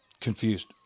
confused